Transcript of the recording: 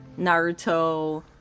Naruto